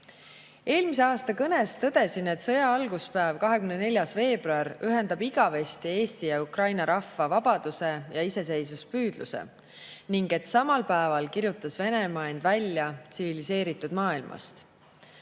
Eelmise aasta kõnes tõdesin, et sõja alguspäev, 24. veebruar, ühendab igaveseks Eesti ja Ukraina rahva vabadus- ja iseseisvuspüüdlused ning et samal päeval kirjutas Venemaa end välja tsiviliseeritud maailmast. Mulle